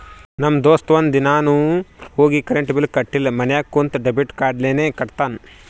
ನಮ್ ದೋಸ್ತ ಒಂದ್ ದಿನಾನು ಹೋಗಿ ಕರೆಂಟ್ ಬಿಲ್ ಕಟ್ಟಿಲ ಮನ್ಯಾಗ ಕುಂತ ಡೆಬಿಟ್ ಕಾರ್ಡ್ಲೇನೆ ಕಟ್ಟತ್ತಾನ್